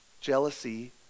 Jealousy